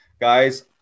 guys